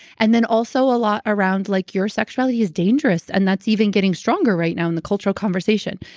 and then also a lot around like your sexuality is dangerous. and that's even getting stronger right now in the cultural conversation,